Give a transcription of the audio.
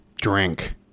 drink